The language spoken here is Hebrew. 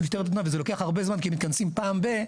וזה לוקח הרבה זמן כי הם מתכנסים פעם ב.